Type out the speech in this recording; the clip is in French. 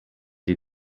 des